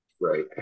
Right